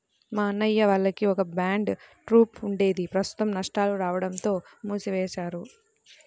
మా అన్నయ్య వాళ్లకి ఒక బ్యాండ్ ట్రూప్ ఉండేది ప్రస్తుతం నష్టాలు రాడంతో మూసివేశారు